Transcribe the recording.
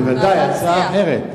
בוודאי, הצעה אחרת.